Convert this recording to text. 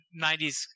90s